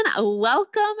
welcome